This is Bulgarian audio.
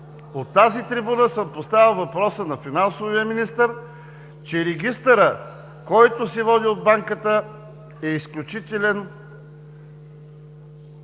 От тази трибуна съм поставял въпроса на финансовия министър, че регистърът, който се води от банката, е изключителен